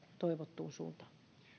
toivottuun suuntaan